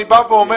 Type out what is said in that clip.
אני בא ואומר